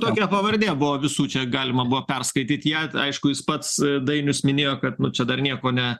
tokia pavardė buvo visų čia galima buvo perskaityt ją aišku jis pats dainius minėjo kad nu čia dar nieko ne